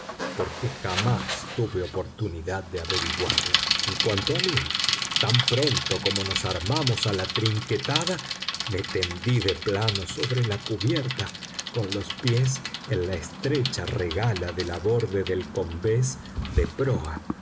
porque jamás tuve oportunidad de averiguarlo en cuanto a mí tan pronto como nos armamos a la trinquetada me tendí de plano sobre la cubierta con los pies en la estrecha regala de la borda del combés de proa